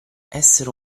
essere